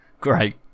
Great